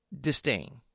disdain